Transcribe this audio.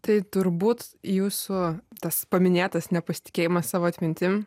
tai turbūt jūsų tas paminėtas nepasitikėjimas savo atmintim